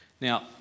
Now